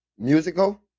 musical